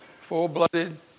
full-blooded